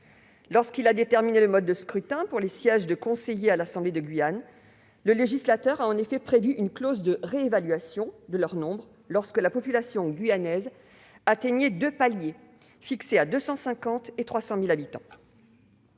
Lorsqu'il a déterminé le mode de scrutin pour les sièges de conseiller à l'assemblée de Guyane, le législateur a en effet prévu une clause de réévaluation de leur nombre lorsque la population guyanaise atteignait deux paliers, fixés à 250 000 et 300 000 habitants.